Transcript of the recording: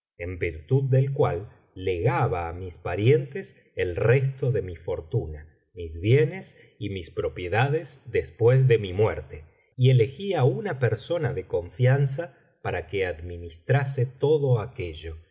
en virtud del cual legaba á mis parientes el resto de mi fortuna mis bienes y mis propiedades después de mi muerte y elegí á una persona de con biblioteca valenciana generalitat valenciana historia del jorobado fianza para que administrase todo aquello